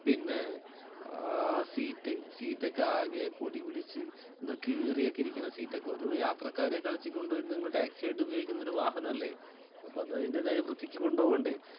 പിന്നെ സീറ്റ് സീറ്റൊക്കെ ആകെ പൊടി പിടിച്ചു എന്തോ കീറിയൊക്കെ ഇരിക്കുന്ന സീറ്റൊക്കെ ഒരു യാത്രക്കാർ നിങ്ങൾ ടാക്സി ആയിട്ട് ഉപയോഗിക്കുന്ന ഒരു വാഹനമല്ലേ അപ്പോൾ അത് അതിൻ്റേതായ വൃത്തിക്ക് കൊണ്ടു പോകണ്ടേ